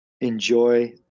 enjoy